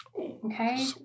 Okay